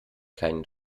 keinen